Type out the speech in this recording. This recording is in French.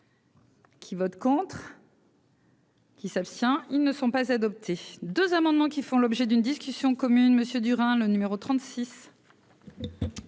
Qui vote contre. Qui s'abstient, ils ne sont pas adopté 2 amendements qui font l'objet d'une discussion commune Monsieur Durin, le numéro 36.